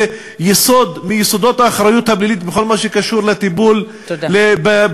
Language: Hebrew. זה יסוד מיסודות האחריות הפלילית בכל מה שקשור לטיפול בילדים.